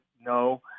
No